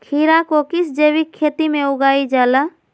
खीरा को किस जैविक खेती में उगाई जाला?